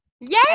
Yay